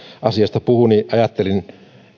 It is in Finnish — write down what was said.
asiasta puhui niin ajattelin